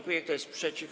Kto jest przeciw?